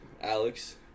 Alex